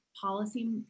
policy